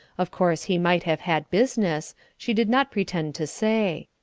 of course he might have had business she did not pretend to say.